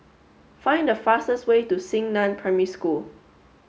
find the fastest way to Xingnan Primary School